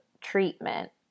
treatment